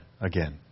again